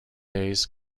days